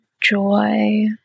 joy